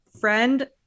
friend